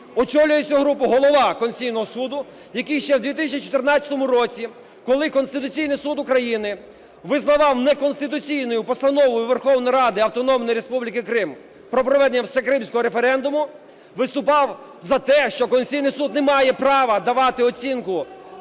Очолює цю групу Голова Конституційного Суду, який ще в 2014 році, коли Конституційний Суд України визнавав неконституційною Постанову Верховної Ради Автономної Республіки Крим про проведення всекримського референдуму, виступав за те, що Конституційний Суд не має права давати оцінку